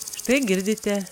štai girdite